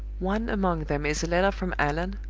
one among them is a letter from allan,